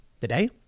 Today